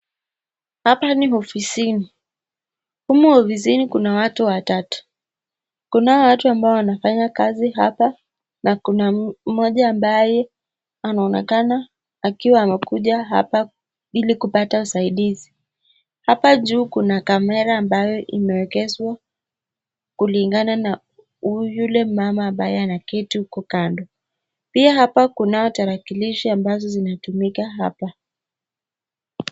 Hapa ni ofisini. Humu ofisini kuna watu watatu. Kunao watu ambao wanafanya kazi hapa na kuna mmoja ambaye anaonekana akiwa amekuja hapa ili kupata usaidizi. Hapa juu kuna camera ambayo inaeegeshwa kulingana na yule mama ambaye anaketi huko kando. Pia hapa kunao tarakilishi ambazo zinatumika hapa.